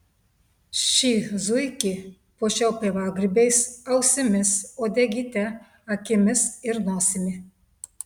šį zuikį puošiau pievagrybiais ausimis uodegyte akimis ir nosimi